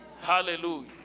Hallelujah